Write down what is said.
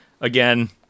again